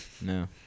no